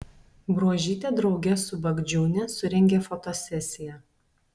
bruožytė drauge su bagdžiūne surengė fotosesiją